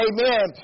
Amen